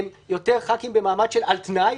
הם יותר חברי כנסת במעמד על-תנאי,